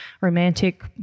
romantic